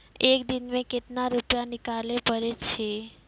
एक दिन मे केतना रुपैया निकाले पारै छी?